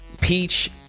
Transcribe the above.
peach